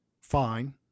fine